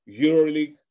EuroLeague